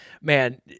man